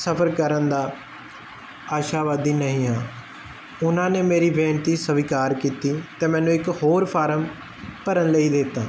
ਸਫਰ ਕਰਨ ਦਾ ਆਸ਼ਾਵਾਦੀ ਨਹੀਂ ਹਾਂ ਉਹਨਾਂ ਨੇ ਮੇਰੀ ਬੇਨਤੀ ਸਵੀਕਾਰ ਕੀਤੀ ਤੇ ਮੈਨੂੰ ਇੱਕ ਹੋਰ ਫਾਰਮ ਭਰਨ ਲਈ ਦਿੱਤਾ